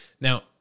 Now